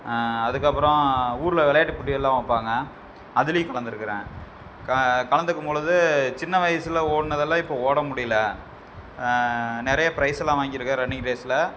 அதுக்கப்புறம் ஊரில் விளையாட்டு போட்டி எல்லாம் வைப்பாங்க அதுலையும் கலந்திருக்குறேன் க கலந்துக்கும் பொழுது சின்ன வயசில் ஓடினதெல்லாம் இப்போ ஓட முடியல நிறைய ப்ரைஸ் எல்லாம் வாங்கியிருக்கேன் ரன்னிங் ரேஸில்